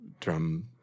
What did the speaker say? drum